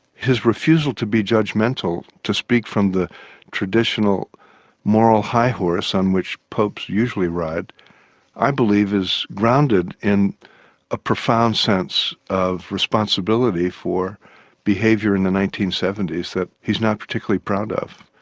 his refusal to be judgemental, to speak from the traditional moral high horse on which popes usually ride i believe is grounded in a profound sense of responsibility for behaviour in the nineteen seventy s that he is not particularly proud of.